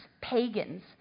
pagans